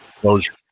closure